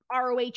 ROH